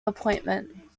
appointment